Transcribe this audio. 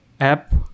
app